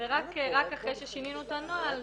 ורק אחרי ששינינו את הנוהל,